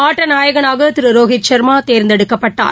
ஆட்டநாயகனாகதிருரோஹித் சர்மாதோந்தெடுக்கப்பட்டார்